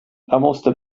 måste